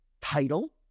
title